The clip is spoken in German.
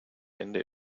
ende